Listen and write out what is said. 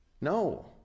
No